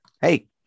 hey